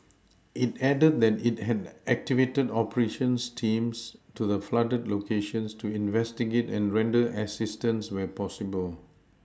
it added that it had activated operations teams to the flooded locations to investigate and render assistance where possible